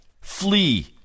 flee